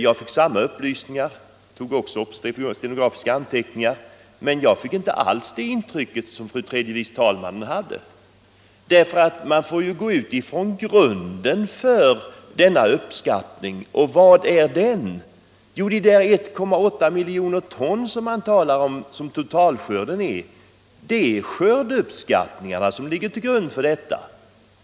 Jag fick samma upplysningar — och tog också upp stenografiska anteckningar — men jag fick inte alls samma intryck som fru tredje vice talmannen, eftersom man måste utgå från grunden för denna uppskattning. Och vad är den? Jo, det är skördeuppskattningarna som ligger till grund för de 1,8 miljoner ton som man talar om att totalskörden är.